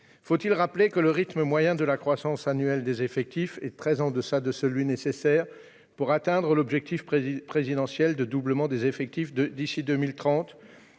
Faut-il rappeler que le rythme annuel moyen de la croissance des effectifs est très en deçà de celui qui serait nécessaire pour atteindre l'objectif présidentiel d'un doublement des effectifs d'ici à 2030 ?